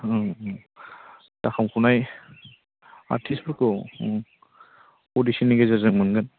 उम उम जाखांफुनाय आर्टिस्टफोरखौ उम अडिसननि गेजेरजों मोनगोन